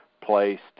placed